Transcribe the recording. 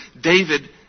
David